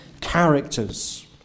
characters